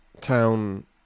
town